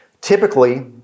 Typically